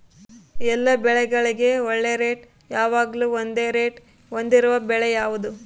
ಎಲ್ಲ ಬೆಳೆಗಳಿಗೆ ಒಳ್ಳೆ ರೇಟ್ ಯಾವಾಗ್ಲೂ ಒಂದೇ ರೇಟ್ ಹೊಂದಿರುವ ಬೆಳೆ ಯಾವುದು?